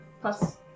Plus